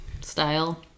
style